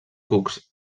cucs